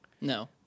No